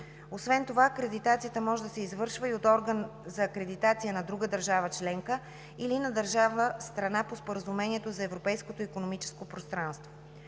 Освен това акредитация може да се извършва и от орган за акредитация на друга държава членка или на държава-страна по Споразумението за Европейското икономическо пространство.